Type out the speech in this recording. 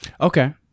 Okay